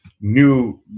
new